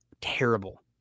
terrible